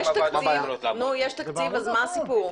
יש תקציב, אז מה הסיפור?